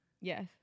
Yes